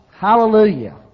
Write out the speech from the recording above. Hallelujah